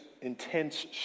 intense